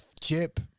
Chip